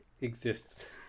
exists